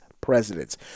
presidents